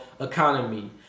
economy